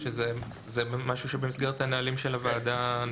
זה משהו שהוא במסגרת הנהלים של הוועדה.